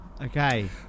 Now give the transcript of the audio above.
Okay